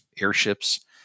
airships